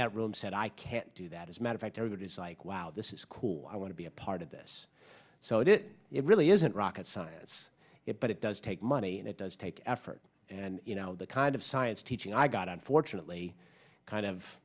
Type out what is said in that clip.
that room said i can't do that as a matter fact that it's like wow this is cool i want to be a part of this so that it really isn't rocket science it but it does take money and it does take effort and you know the kind of science teaching i got unfortunately kind of